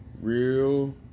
real